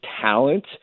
talent